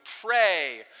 pray